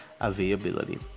availability